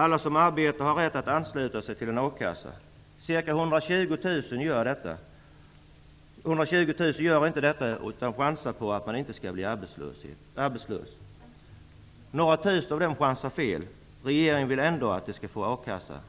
Alla som arbetar har rätt att ansluta sig till en akassa. Ca 120 000 gör det inte och chansar på att inte bli arbetslösa. Några tusen av dem chansar fel. Regeringen vill att de ändå skall få akasseersättning.